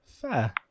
fair